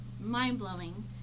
mind-blowing